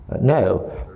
No